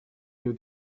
you